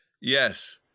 Yes